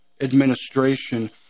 administration